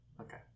Okay